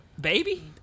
Baby